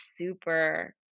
super